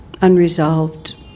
unresolved